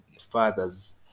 fathers